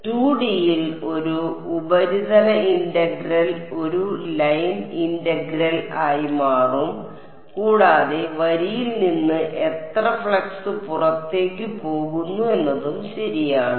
2D യിൽ ഒരു ഉപരിതല ഇന്റഗ്രൽ ഒരു ലൈൻ ഇന്റഗ്രൽ ആയി മാറും കൂടാതെ വരിയിൽ നിന്ന് എത്ര ഫ്ലക്സ് പുറത്തേക്ക് പോകുന്നു എന്നതും ശരിയാണ്